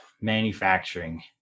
manufacturing